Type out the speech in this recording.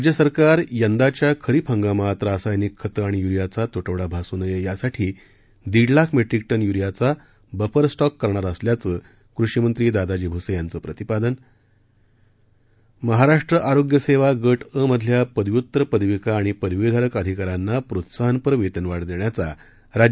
राज्य सरकार यंदाच्या खरीप हंगामात रासायनिक खतं आणि यूरीयाचा तुटवडा भासू नये यासाठी दीड लाख मेट्रिक टन युरीयाचा बफर स्टॉक करणार असल्याचं कृषीमंत्री दादाजी भूसे यांचं प्रतिपादन महाराष्ट्र आरोग्य सेवा गट अ मधल्या पदव्युत्तर पदविका आणि पदवीधारक अधिकाऱ्यांना प्रोत्साहनपर वेतनवाढ देण्याचा राज्य